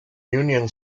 union